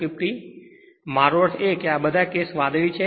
તેથી મારો અર્થ એ છે કે આ બધા કેસ વાદળી છે